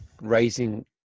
raising